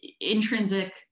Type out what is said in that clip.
intrinsic